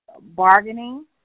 bargaining